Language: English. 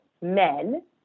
men